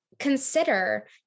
Consider